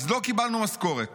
אז לא קיבלנו משכורת